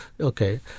Okay